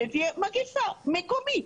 שתהיה מגפה מקומית,